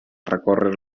recórrer